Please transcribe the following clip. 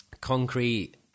concrete